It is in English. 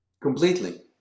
Completely